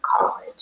college